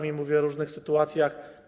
Mówię o różnych sytuacjach.